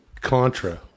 Contra